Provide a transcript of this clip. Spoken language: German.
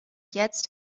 jetzt